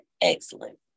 excellent